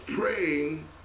praying